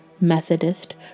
Methodist